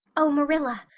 oh, marilla,